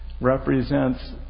represents